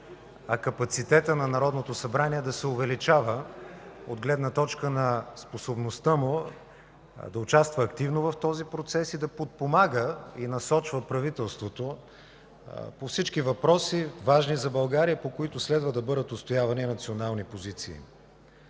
а капацитетът на Народното събрание да се увеличава от гледна точка на способността му да участва активно в този процес и да подпомага и насочва правителството по всички важни въпроси за България, по които следва да бъдат отстоявани национални позиции.